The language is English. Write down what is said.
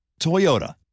Toyota